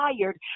tired